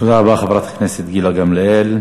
תודה רבה, חברת הכנסת גילה גמליאל.